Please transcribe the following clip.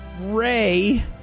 Ray